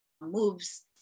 moves